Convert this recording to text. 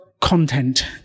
content